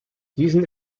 diesen